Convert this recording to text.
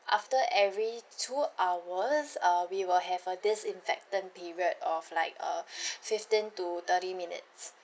after every two hours uh we will have a disinfectant period of like uh fifteen to thirty minutes